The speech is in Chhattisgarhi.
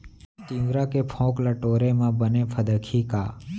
तिंवरा के फोंक ल टोरे म बने फदकही का?